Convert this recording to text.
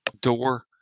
door